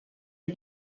had